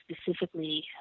specifically